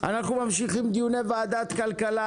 אנחנו ממשיכים בדיוני ועדת כלכלה,